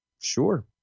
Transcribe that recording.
Sure